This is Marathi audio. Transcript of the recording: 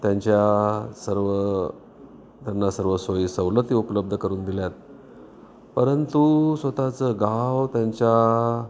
त्यांच्या सर्व त्यांना सर्व सोयीसवलती उपलब्ध करून दिल्यात परंतु स्वतःचं गाव त्यांच्या